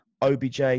OBJ